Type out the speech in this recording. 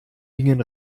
gingen